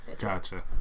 Gotcha